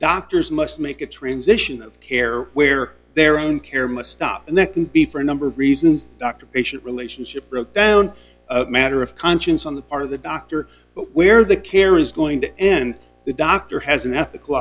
doctors must make a transition of care where their own care must stop and that can be for a number of reasons doctor patient relationship broke down a matter of conscience on the part of the doctor but where the care is going to end the doctor has an ethical